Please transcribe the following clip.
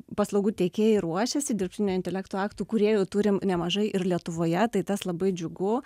paslaugų tiekėjai ruošiasi dirbtinio intelekto aktų kūrėjų turim nemažai ir lietuvoje tai tas labai džiugu